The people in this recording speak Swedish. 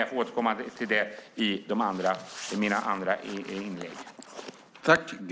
Jag får återkomma till det i mitt andra inlägg.